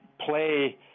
play